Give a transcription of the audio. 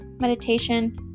meditation